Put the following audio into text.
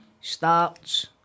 Starts